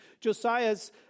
Josiah's